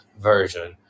version